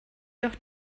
doch